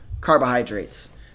carbohydrates